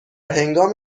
هنگام